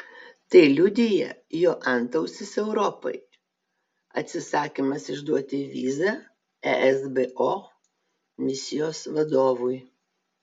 tai liudija jo antausis europai atsisakymas išduoti vizą esbo misijos vadovui